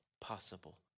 possible